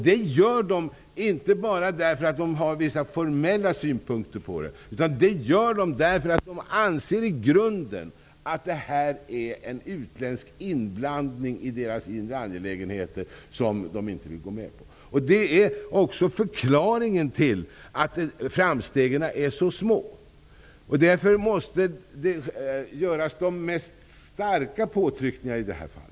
Det gör den regeringen inte bara för att de har vissa formella synpunkter på konventionen utan därför att den i grunden anser att det rör sig om en utländsk inblandning i landets inre angelägenheter. Och det vill företrädarna för regeringen inte gå med på. Det är också förklaringen till att framstegen är så små. Därför måste det göras de mest starka påtryckningar i detta fall.